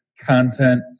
content